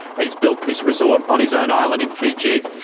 he's built this resort on his own island in fiji.